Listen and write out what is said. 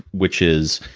which is.